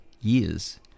years